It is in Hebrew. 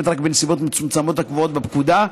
רק בנסיבות מצומצמות הקבועות בפקודה,